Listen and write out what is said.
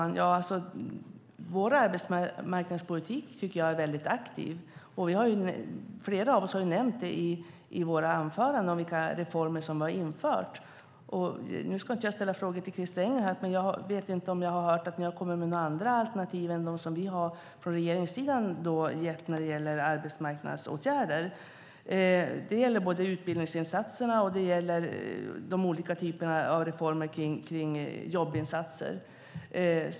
Fru talman! Vår arbetsmarknadspolitik tycker jag är väldigt aktiv. Flera av oss har nämnt i våra anföranden vilka reformer som har införts. Nu ska inte jag ställa frågor till Christer Engelhardt, men jag vet inte att jag har hört att ni har kommit med några andra alternativ än de som vi från regeringssidan har gett när det gäller arbetsmarknadsåtgärder. Det gäller både utbildningsinsatserna och de olika typerna av reformer kring jobbinsatser.